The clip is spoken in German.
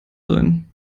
sein